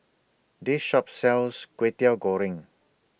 This Shop sells Kwetiau Goreng